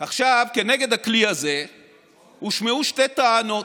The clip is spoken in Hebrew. כנגד הכלי הזה הושמעו שתי טענות: